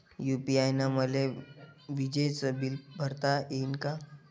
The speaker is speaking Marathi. यू.पी.आय न मले विजेचं बिल भरता यीन का?